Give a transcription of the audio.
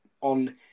on